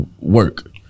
Work